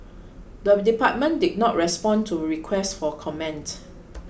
the department did not respond to requests for comment